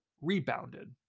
rebounded